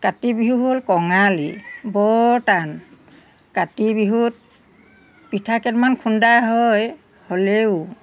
কাতি বিহু হ'ল কঙালী বৰ টান কাতি বিহুত পিঠা কেইটামান খুন্দা হয় হ'লেও